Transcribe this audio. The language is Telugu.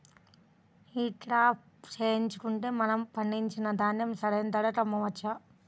ఈ క్రాప చేయించుకుంటే మనము పండించిన ధాన్యం సరైన ధరకు అమ్మవచ్చా?